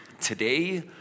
Today